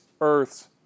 earths